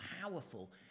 powerful